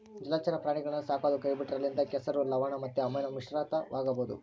ಜಲಚರ ಪ್ರಾಣಿಗುಳ್ನ ಸಾಕದೊ ಕೈಬಿಟ್ರ ಅಲ್ಲಿಂದ ಕೆಸರು, ಲವಣ ಮತ್ತೆ ಆಮ್ಲ ಮಿಶ್ರಿತವಾಗಬೊದು